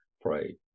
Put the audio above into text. pray